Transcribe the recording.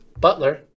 Butler